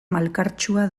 malkartsua